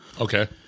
okay